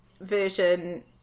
version